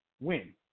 win